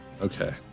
Okay